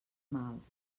mals